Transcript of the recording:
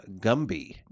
Gumby